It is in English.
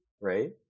right